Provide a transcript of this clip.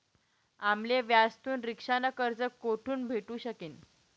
आम्ले व्याजथून रिक्षा न कर्ज कोठून भेटू शकीन